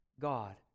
God